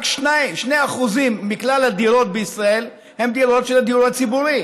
רק 2% מכלל הדירות בישראל הן דירות של הדיור הציבורי.